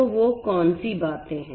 तो वो कौन सी बातें हैं